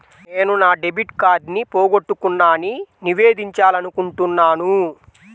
నేను నా డెబిట్ కార్డ్ని పోగొట్టుకున్నాని నివేదించాలనుకుంటున్నాను